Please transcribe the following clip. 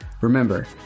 Remember